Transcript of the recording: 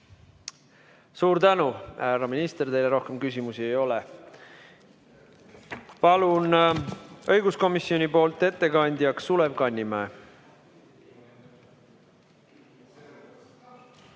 Suur tänu, härra minister! Teile rohkem küsimusi ei ole. Palun õiguskomisjoni ettekandjaks Sulev Kannimäe.